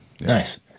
Nice